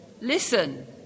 listen